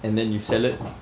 and then you sell it